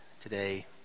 today